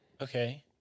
Okay